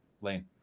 Lane